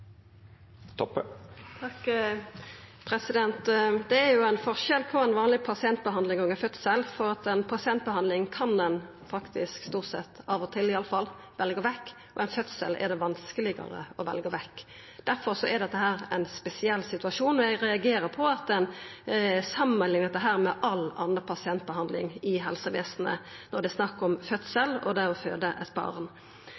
Det er jo forskjell på ei vanleg pasientbehandling og ein fødsel, for ei pasientbehandling kan ein faktisk stort sett – iallfall av og til – velja vekk, men ein fødsel er det vanskelegare å velja vekk. Difor er dette ein spesiell situasjon, og eg reagerer på at ein samanliknar dette med all anna pasientbehandling i helsestellet, når det er snakk om